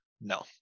no